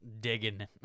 Digging